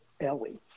Ellie